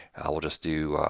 i will just do